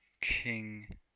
King